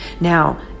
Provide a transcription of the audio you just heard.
Now